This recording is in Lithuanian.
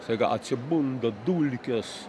staiga atsibunda dulkės